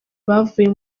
bavuye